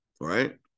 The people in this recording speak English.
right